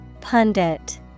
Pundit